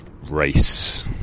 race